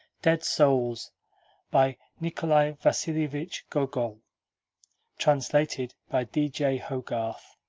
dead souls by nikolai vasilievich gogol translated by d. j. hogarth